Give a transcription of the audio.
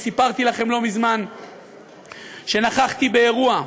סיפרתי לכם לא מזמן שנכחתי באירוע,